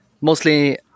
mostly